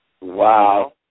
Wow